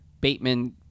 Bateman